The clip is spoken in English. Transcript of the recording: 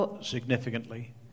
significantly